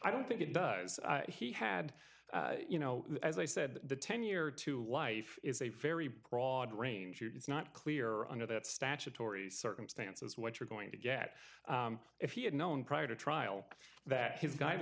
i don't think it does he had you know as i said the ten year to life is a very broad range it's not clear under the statutory circumstances what you're going to get if he had known prior to trial that h